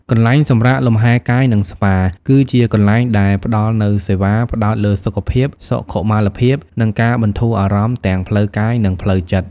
កន្លែងសម្រាកលំហែកាយ និងស្ប៉ា គឺជាទីកន្លែងដែលផ្តល់នូវសេវាកម្មផ្តោតលើសុខភាព សុខុមាលភាព និងការបន្ធូរអារម្មណ៍ ទាំងផ្លូវកាយ និងផ្លូវចិត្ត។